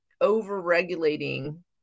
over-regulating